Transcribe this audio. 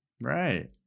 Right